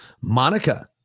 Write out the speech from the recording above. Monica